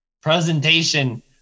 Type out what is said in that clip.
presentation